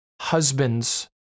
husbands